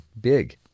Big